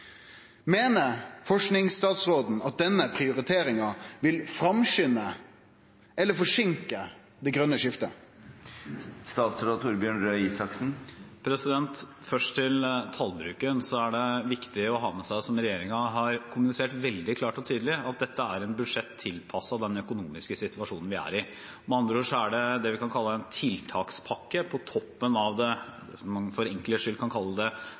at denne prioriteringa vil framskynde eller forseinke det grøne skiftet? Først til tallbruken: Det er viktig å ha med seg – som regjeringen har kommunisert veldig klart og tydelig – at dette er et budsjett tilpasset den økonomiske situasjonen vi er i. Med andre ord er det det vi kan kalle en tiltakspakke på toppen av det man for enkelhets skyld kan kalle det